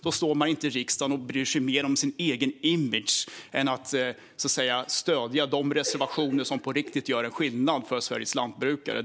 Då står man inte i riksdagen och bryr sig mer om sin egen image än om att stödja de reservationer som på riktigt gör en skillnad för Sveriges lantbrukare.